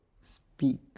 speak